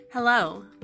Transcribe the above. Hello